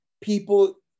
people